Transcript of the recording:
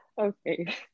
okay